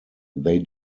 they